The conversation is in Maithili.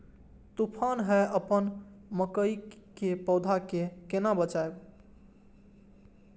तुफान है अपन मकई के पौधा के केना बचायब?